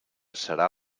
serà